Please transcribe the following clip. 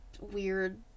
weird